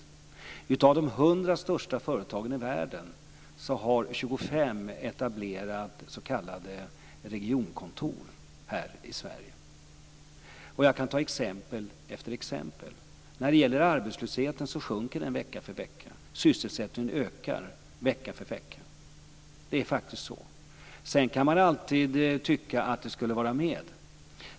25 av de 100 största företagen i världen har etablerat s.k. regionkontor här i Sverige. Jag kan ta exempel efter exempel. Arbetslösheten sjunker vecka för vecka. Sysselsättningen ökar vecka för vecka. Det är faktiskt så. Sedan kan man alltid tycka att det skulle vara mer.